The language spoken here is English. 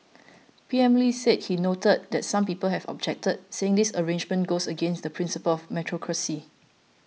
P M Lee said he noted that some people have objected saying this arrangement goes against the principle of meritocracy